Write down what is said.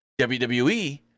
WWE